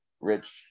rich